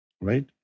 right